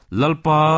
lalpa